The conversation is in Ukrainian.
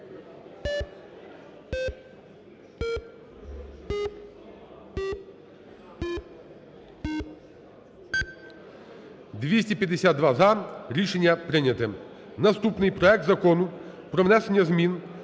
За-238 Рішення прийняте. Наступний – проект Закону про внесення змін